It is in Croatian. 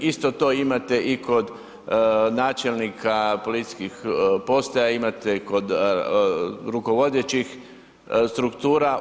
Isto to imate i kod načelnika policijskih postaja, imate kod rukovodećih struktura.